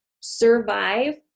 survive